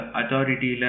authority